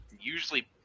usually